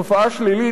תופעה שלילית,